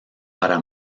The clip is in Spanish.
para